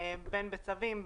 בין בצווים,